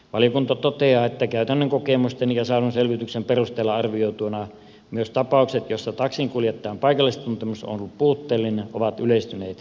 valiokunta toteaa että käytännön kokemusten ja saadun selvityksen perusteella arvioituna myös tapaukset joissa taksinkuljettajan paikallistuntemus on ollut puutteellinen ovat yleistyneet viime vuosina